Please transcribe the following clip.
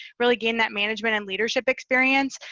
really gain that management and leadership experience.